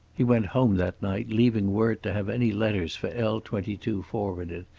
he went home that night, leaving word to have any letters for l twenty two forwarded,